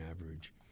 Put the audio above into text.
average